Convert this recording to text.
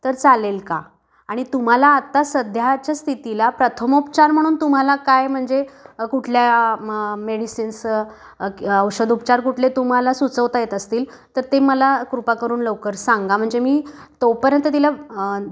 तर चालेल का आणि तुम्हाला आत्ता सध्याच्या स्थितीला प्रथमोपचार म्हणून तुम्हाला काय म्हणजे कुठल्या म मेडिसिन्स कि औषध उपचार कुठले तुम्हाला सुचवता येत असतील तर ते मला कृपा करून लवकर सांगा म्हणजे मी तोपर्यंत तिला